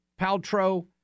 Paltrow